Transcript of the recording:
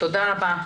תודה רבה.